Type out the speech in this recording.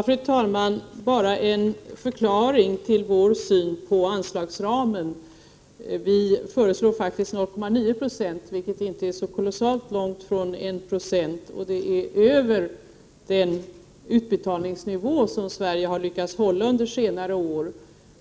| Fru talman! Jag vill bara ge en förklaring till vår syn på anslagsramen. Vi föreslår faktiskt 0,9 20, vilket inte är så kolossalt långt från 1 926. Dessutom ligger 0,9 20 över den utbetalningsnivå som Sverige under senare år har | lyckats hålla.